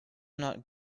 not